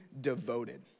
devoted